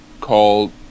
called